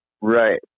Right